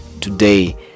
today